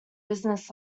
business